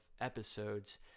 episodes